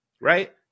right